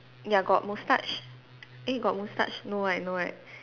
ya got moustache eh got moustache no right no right